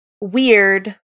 weird